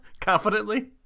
Confidently